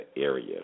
area